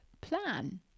plan